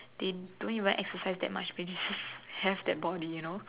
thin don't even exercise that much but they just have that body you know